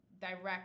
direct